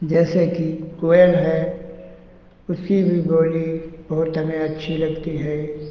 जैसे कि कोयल है उसकी भी बोली बहुत हमें अच्छी लगती है